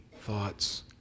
thoughts